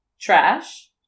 trash